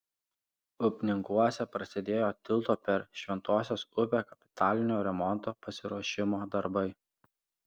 upninkuose prasidėjo tilto per šventosios upę kapitalinio remonto pasiruošimo darbai